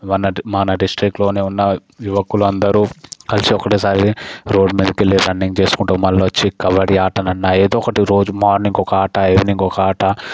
మన మన డిస్ట్రిక్లోనే ఉన్న యువకులు అందరూ కలిసి ఒకటేసారి రోడ్ మీదకి వెళ్ళి రన్నింగ్ చేసుకుంటూ మళ్ళీ వచ్చి కబడ్డి ఆటనైనా ఎదో ఒకటి రోజు మార్నింగ్కి ఒక ఆట ఈవెనింగ్కి ఒక ఆట